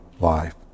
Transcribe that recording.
life